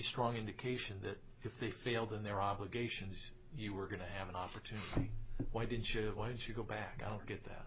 strong indication that if they failed in their obligations you were going to have an opportunity why didn't you why did she go back i'll get that